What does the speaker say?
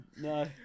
no